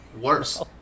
worse